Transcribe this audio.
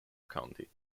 county